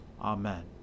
Amen